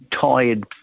tired